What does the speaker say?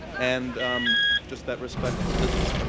and just that respectful distance? ah